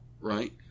right